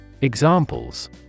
Examples